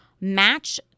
match